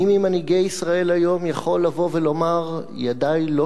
מי ממנהיגי ישראל היום יכול לבוא ולומר: ידי לא